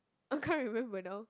I can't remember now